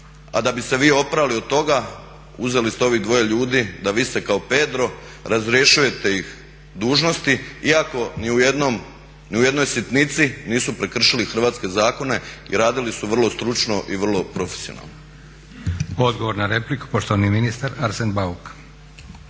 A da bi se vi oprali od toga uzeli ste ovih svoje ljudi da vise kao Pedro, razrješujete ih dužnosti iako ni u jednoj sitnici nisu prekršili hrvatske zakone i radili su vrlo stručno i vrlo profesionalno. **Leko, Josip (SDP)** Odgovor na repliku poštovani ministar Arsen Bauk.